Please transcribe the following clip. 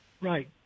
Right